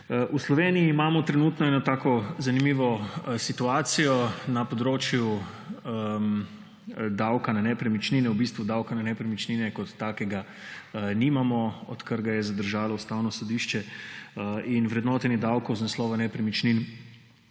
V Sloveniji imamo trenutno eno tako zanimivo situacijo na področju davka na nepremičnine. V bistvu davka na nepremičnine kot takega nimamo, odkar ga je zadržalo Ustavno sodišče, in vrednotenje davkov iz naslova nepremičnin